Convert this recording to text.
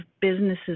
businesses